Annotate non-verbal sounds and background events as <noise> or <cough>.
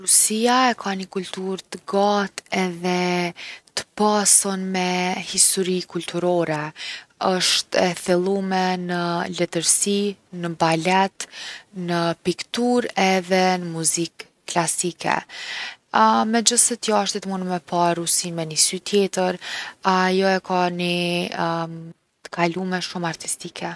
Rusia e ka ni kulturë t’gatë edhe t’pasun me histori kulturore. Osht e thellume në letërsi, na balet, në pikturë edhe në muzike klasike. <hesitation> megjithse t’jashtit munen me pa Rusinë me ni sy tjetër, ajo e ka ni <hesitation> t’kalume shumë artistike.